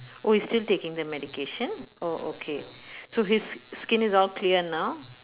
oh he's still taking the medication oh okay so his s~ skin is all clear now